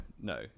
no